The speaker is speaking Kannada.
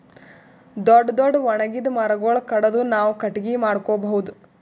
ದೊಡ್ಡ್ ದೊಡ್ಡ್ ಒಣಗಿದ್ ಮರಗೊಳ್ ಕಡದು ನಾವ್ ಕಟ್ಟಗಿ ಮಾಡ್ಕೊಬಹುದ್